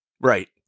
Right